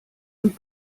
und